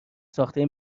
ساخته